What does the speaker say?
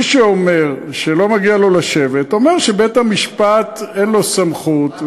מי שאומר שלא מגיע לו לשבת אומר שבית-המשפט אין לו סמכות,